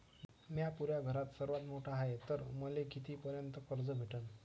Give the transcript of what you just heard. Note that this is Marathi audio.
म्या पुऱ्या घरात सर्वांत मोठा हाय तर मले किती पर्यंत कर्ज भेटन?